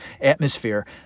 atmosphere